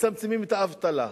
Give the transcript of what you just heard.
מצמצמים את האבטלה,